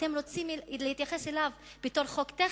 אתם רוצים להתייחס אליו בתור חוק טכני?